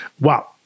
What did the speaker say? Wow